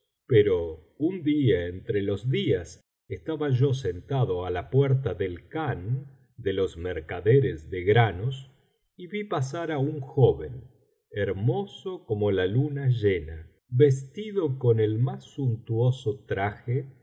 pero un día entre los días estaba yo sentado á la puerta del khan de los mercaderes de granos y vi pasar á un joven hermoso como la luna llena vestido con el más suntuoso traje